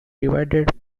divided